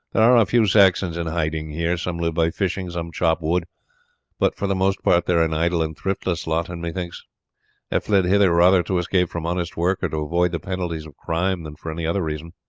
there are a few saxons in hiding here. some live by fishing, some chop wood but for the most part they are an idle and thriftless lot, and methinks have fled hither rather to escape from honest work or to avoid the penalties of crimes than for any other reason.